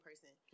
person